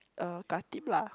uh Khatib lah